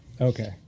okay